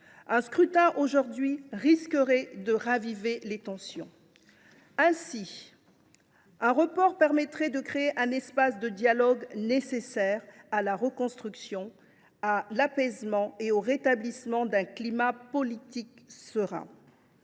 d’un scrutin risquerait de raviver les tensions. Aussi, le report des élections permettrait de créer un espace de dialogue nécessaire à la reconstruction, à l’apaisement et au rétablissement d’un climat politique serein.